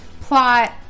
plot